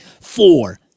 Four